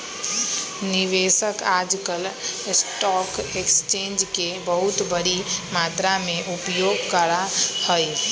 निवेशक आजकल stock exchange के बहुत बडी मात्रा में उपयोग करा हई